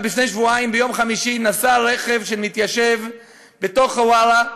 לפני שבועיים ביום חמישי נסע רכב של מתיישב בתוך חווארה.